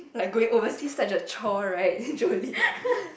like going overseas such as chore right then Jolin